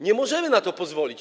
Nie możemy na to pozwolić.